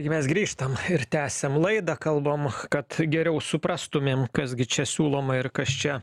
tai gi mes grįžtam ir tęsiam laidą kalbam kad geriau suprastumėm kas gi čia siūloma ir kas čia